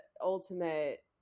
ultimate